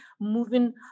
moving